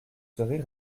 serez